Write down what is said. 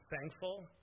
thankful